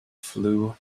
flue